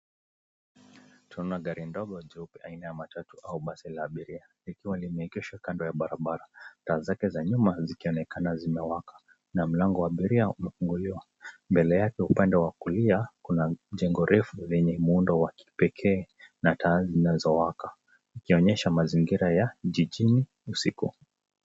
Tunaona gari ndogo jeupe aina ya matatu au basi la abiria likiwa limeegeshwa kando ya barabara taa zake za nyuma zikionekana zimewaka na mlango wa abiria umefunguliwa. Mbele yake upande wa kulia kuna jengo refu lenye muundo wa kipekee na taa zinazowaka, ikionyesha mazingira ya jijini usiku.